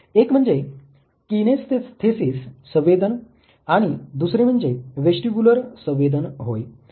एक म्हणजे किनेस्थेसिस संवेदन आणि दुसरे म्हणजे वेस्टीबुलर संवेदन होय